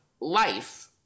life